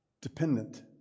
dependent